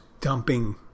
dumping